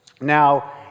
now